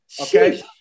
okay